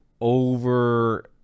over